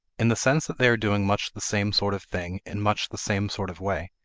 in the sense that they are doing much the same sort of thing in much the same sort of way,